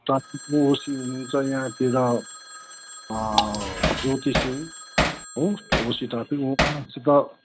ट्राफिकको ओसी हुनुहुन्छ यहाँतिर ज्योति सिङ हो ऊसित पनि उहाँसित